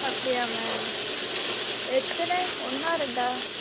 அப்படியா மேம் எத்தனை ஒன்றா ரெண்டா